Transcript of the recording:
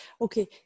Okay